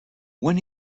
when